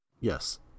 Yes